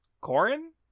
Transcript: corin